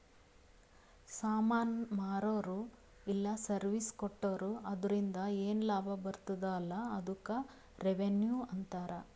ಸಾಮಾನ್ ಮಾರುರ ಇಲ್ಲ ಸರ್ವೀಸ್ ಕೊಟ್ಟೂರು ಅದುರಿಂದ ಏನ್ ಲಾಭ ಬರ್ತುದ ಅಲಾ ಅದ್ದುಕ್ ರೆವೆನ್ಯೂ ಅಂತಾರ